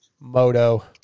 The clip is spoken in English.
moto